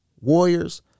Warriors